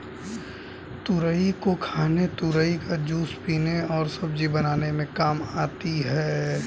तुरई को खाने तुरई का जूस पीने और सब्जी बनाने में काम आती है